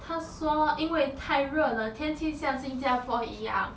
他说因为太热了天气像新加坡一样